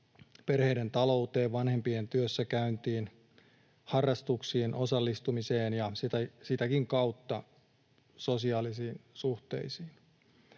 perheiden talouteen, vanhempien työssäkäyntiin, harrastuksiin osallistumiseen ja sitäkin kautta sosiaalisiin suhteisiin.